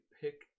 pick